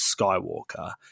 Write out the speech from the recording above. Skywalker